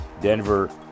Denver